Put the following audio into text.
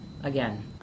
again